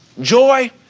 joy